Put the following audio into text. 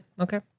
okay